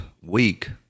week